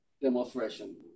demonstration